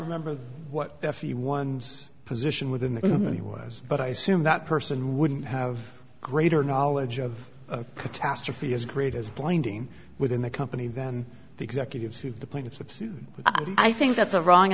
remember what a few one's position within the community was but i assume that person wouldn't have greater knowledge of catastrophe as great as blinding within the company than the executives of the plaintiffs i think that's a wrong